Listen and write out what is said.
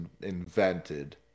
invented